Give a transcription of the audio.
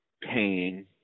pain